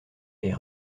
est